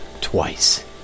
twice